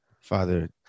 father